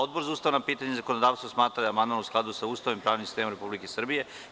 Obor za ustavna pitanja i zakonodavstvo smatra da je amandman u skladu sa Ustavom i pravnim sistemom Republike Srbije.